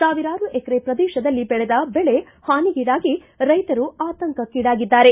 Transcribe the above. ಸಾವಿರಾರು ಎಕರೆ ಪ್ರದೇಶದಲ್ಲಿ ಬೆಳೆದ ಬೆಳೆ ಹಾನಿಗೀಡಾಗಿ ರೈತರು ಆತಂಕಕ್ಷೀಡಾಗಿದ್ದಾರೆ